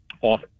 off